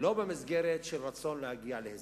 ולא במסגרת של רצון להגיע להסדר.